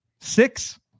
Six